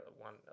one